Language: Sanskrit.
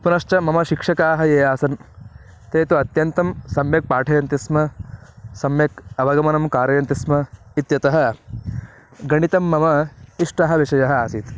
पुनश्च मम शिक्षकाः ये आसन् ते तु अत्यन्तं सम्यक् पाठयन्ति स्म सम्यक् अवगमनं कारयन्ति स्म इत्यतः गणितं मम इष्टः विषयः आसीत्